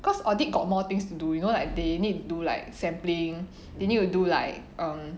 cause audit got more things to do you know like they need to do like sampling they need to do like err